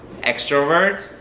extrovert